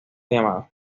llamada